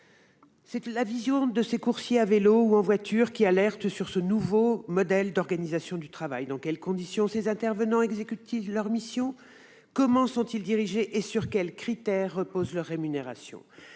La vision de ces coursiers à vélo ou en voiture alerte sur ce nouveau modèle d'organisation du travail : dans quelles conditions ces intervenants exécutent-ils leurs missions, comment sont-ils dirigés et sur quels critères repose leur rémunération ?